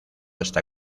está